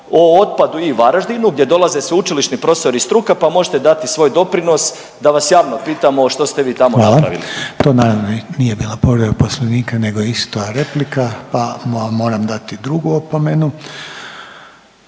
o otpadu i Varaždinu gdje dolaze sveučilišni profesori i struka pa možete dati svoj doprinos da vas javno pitamo što ste vi tamo napravili. **Reiner, Željko (HDZ)** Hvala. To naravno nije bila povreda Poslovnika nego isto replika, pa vam moram dati drugu opomenu.